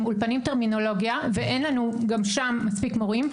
אולפנים טרמינולוגיה ואין לנו גם שם מספיק מורים.